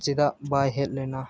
ᱪᱮᱫᱟᱜ ᱵᱟᱭ ᱦᱮᱡ ᱞᱮᱱᱟ